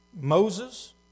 Moses